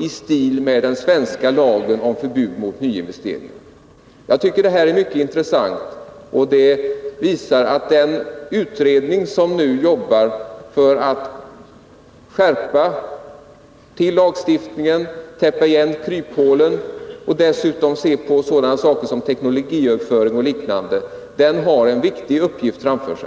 i stil med den svenska lagen om förbud mot nyinvesteringar. Jag tycker att det här är mycket intressant, och det visar att den utredning som nu skall skärpa lagstiftningen, täppa till kryphålen och dessutom se på sådana saker som teknologiöverföring har en viktig uppgift framför sig.